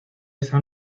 esa